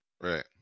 right